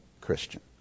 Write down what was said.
Christian